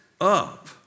up